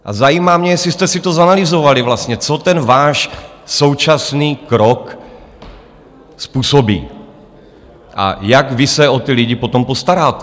A zajímá mě, jestli jste si to zanalyzovali vlastně, co ten váš současný krok způsobí a jak vy se o ty lidi potom postaráte.